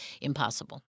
impossible